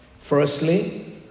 Firstly